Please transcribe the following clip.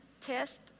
test